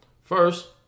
first